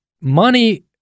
money